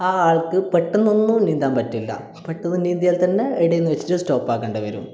ആ ആൾക്ക് പെട്ടന്നൊന്നും നീന്താൻ പറ്റില്ല പെട്ടന്ന് നീന്തിയാൽ തന്നെ ഇടയിൽനിന്നു വെച്ചിട്ട് സ്റ്റോപ്പ് ആക്കേണ്ടി വരും